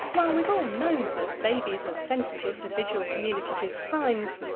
while we've all known that babies are sensitive to visual communicative signs,